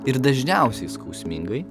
ir dažniausiai skausmingai